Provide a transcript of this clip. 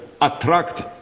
attract